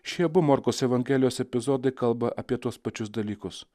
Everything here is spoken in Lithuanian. šie abu morkaus evangelijos epizodai kalba apie tuos pačius dalykus